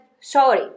sorry